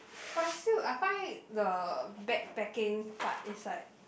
but still I find the bag packing part is like